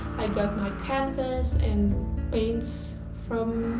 i got my canvas and paints from